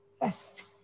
best